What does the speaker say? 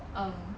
um